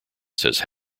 says